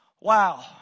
Wow